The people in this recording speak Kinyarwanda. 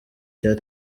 cya